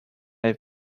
have